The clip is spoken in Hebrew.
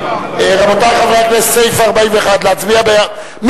חברי חברי הכנסת, סעיף 41, בהרמת יד.